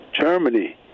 Germany